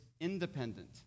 independent